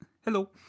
hello